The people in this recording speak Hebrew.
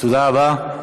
תודה רבה.